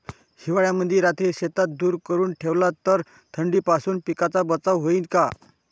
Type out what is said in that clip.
हिवाळ्यामंदी रात्री शेतात धुर करून ठेवला तर थंडीपासून पिकाचा बचाव होईन का?